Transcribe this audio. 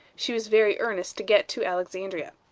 she was very earnest to get to alexandria.